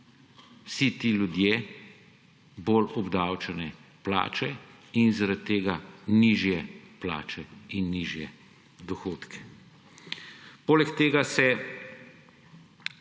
vsi ti ljudje bolj obdavčene plače in zaradi tega nižje plače in nižje dohodke. Poleg tega se